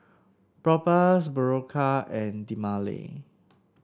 Propass Berocca and Dermale